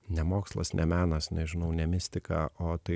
ne mokslas ne menas nežinau ne mistika o tai